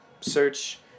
search